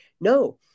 no